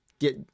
get